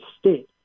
state